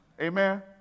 Amen